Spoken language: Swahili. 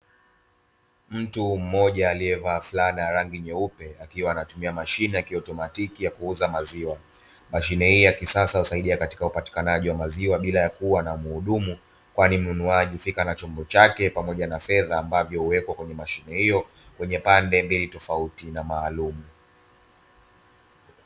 Mtu mmoja aliyevaa fulana rangi nyeupe akiwa anatumia mashine akiwa automatiki ya kuuza maziwa, mashine hii ya kisasa husaidia katika upatikanaji wa maziwa bila ya kuwa na muhudumu, kwani mnunuaji ufika na chombo chake pamoja na fedha ambavyo uwekwa kwenye mashine hiyo kwenye pande mbili tofauti na maalumu.